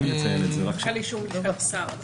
אני צריכה את אישור לשכת השר.